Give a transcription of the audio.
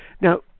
Now